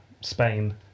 Spain